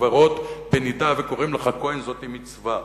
בבית-קברות אם קוראים לך כהן, זאת מצווה.